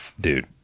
dude